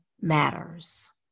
matters